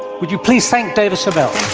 would you please thank dava sobel.